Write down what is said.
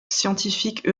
scientifique